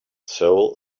soul